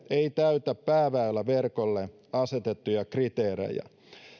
ei täytä pääväyläverkolle asetettuja kriteerejä